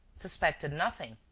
suspected nothing,